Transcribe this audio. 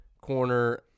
Corner